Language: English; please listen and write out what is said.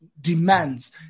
demands